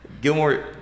Gilmore